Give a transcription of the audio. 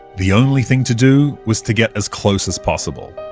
the only thing to do was to get as close as possible.